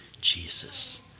Jesus